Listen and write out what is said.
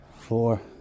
four